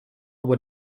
would